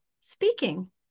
speaking